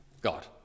God